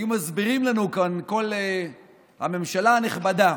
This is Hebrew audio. היו מסבירים לנו כאן, כל הממשלה הנכבדה